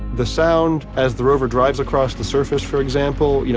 the sound as the rover drives across the surface for example, yeah